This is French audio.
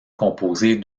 composée